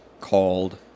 called